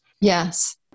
Yes